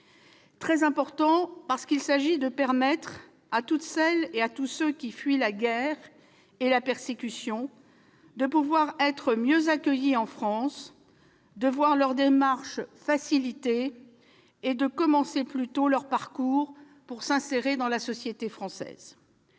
très important, car il s'agit de permettre à toutes celles et à tous ceux qui fuient la guerre et la persécution d'être mieux accueillis en France, de voir leurs démarches facilitées et de commencer plus tôt leur parcours pour s'insérer dans la société française.